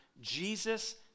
Jesus